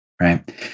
Right